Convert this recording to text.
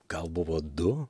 gal buvo du